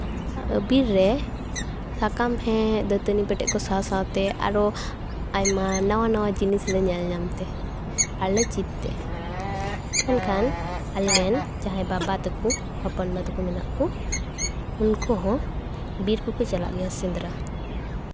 ᱵᱤᱨ ᱨᱮ ᱥᱟᱠᱟᱢ ᱦᱮᱡ ᱫᱟᱹᱛᱟᱹᱱᱤ ᱯᱮᱴᱮᱡ ᱥᱟᱶ ᱥᱟᱶᱛᱮ ᱟᱨᱚ ᱱᱟᱣᱟ ᱱᱟᱣᱟ ᱡᱤᱱᱤᱥᱞᱮ ᱧᱮᱞ ᱧᱟᱢ ᱛᱮ ᱟᱨᱞᱮ ᱪᱮᱛ ᱛᱮ ᱢᱮᱱᱠᱷᱟᱱ ᱟᱞᱮ ᱨᱮᱱ ᱡᱟᱦᱟᱸᱭ ᱵᱟᱵᱟ ᱛᱟᱠᱚ ᱦᱚᱯᱚᱱ ᱵᱟ ᱛᱟᱠᱚ ᱢᱮᱱᱟᱜ ᱠᱚ ᱩᱱᱠᱩ ᱦᱚᱸ ᱵᱤᱨ ᱠᱚᱠᱚ ᱪᱟᱞᱟᱜ ᱜᱮᱭᱟ ᱥᱮᱸᱫᱽᱨᱟ